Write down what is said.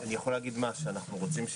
אני יכול להגיד מה שאנחנו רוצים,